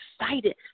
excited